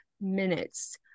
minutes